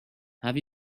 have